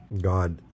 God